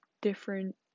different